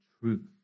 truth